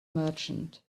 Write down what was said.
merchant